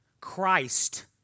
Christ